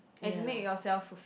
as in make yourself fulfilled